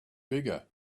bigger